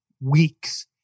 weeks